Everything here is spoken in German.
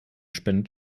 spendet